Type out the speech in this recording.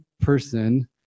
person